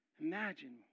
Imagine